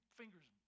fingers